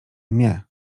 nie